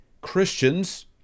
Christians